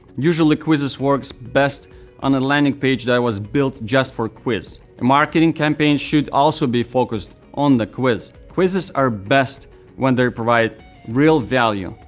usually, quizzes work so best on a landing page that was built just for quiz. a marketing campaign should also be focused on the quiz. quizzes are best when they provide real value,